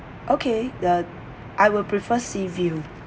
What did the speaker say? okay uh I will prefer sea view